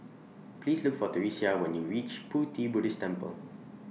Please Look For Theresia when YOU REACH Pu Ti Buddhist Temple